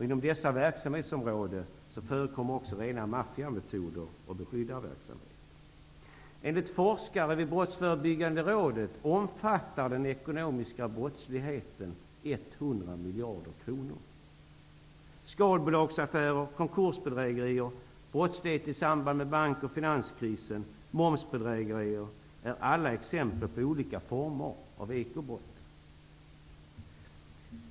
Inom dessa verksamhetsområden förekommer också rena maffiametoder och beskyddarverksamhet. miljarder kronor. Skalbolagsaffärer, konkursbedrägerier, brottslighet i samband med bank och finanskrisen och momsbedrägerier är alla exempel på olika former av ekobrott.